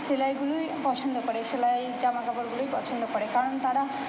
সেলাইগুলোই পছন্দ করে সেলাই জামাকাপড়গুলোই পছন্দ করে কারণ তারা